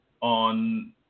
on